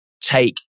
take